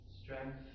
strength